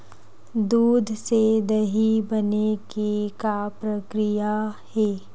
दूध से दही बने के का प्रक्रिया हे?